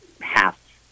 half